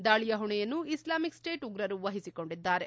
ದಾಳಿಯ ಹೊಣೆಯನ್ನು Islamic State ಉಗ್ರರು ವಹಿಸಿಕೊಂಡಿದ್ದಾರೆ